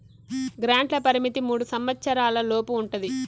గ్రాంట్ల పరిమితి మూడు సంవచ్చరాల లోపు ఉంటది